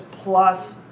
plus